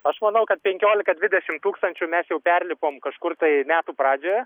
aš manau kad penkiolika dvidešim tūkstančių mes jau perlipom kažkur tai metų pradžioje